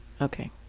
okay